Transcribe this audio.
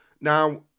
Now